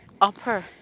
Upper